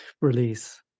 release